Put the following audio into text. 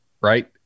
right